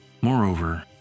Moreover